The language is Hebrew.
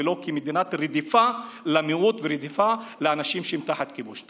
ולא כמדינת רדיפה של המיעוט ורדיפת האנשים שהם תחת כיבוש.